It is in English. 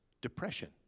depression